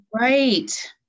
Right